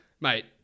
Mate